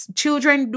children